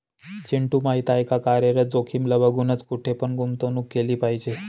चिंटू माहिती आहे का? कार्यरत जोखीमीला बघूनच, कुठे पण गुंतवणूक केली पाहिजे